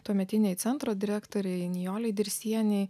tuometinei centro direktorei nijolei dirsienei